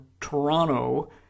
Toronto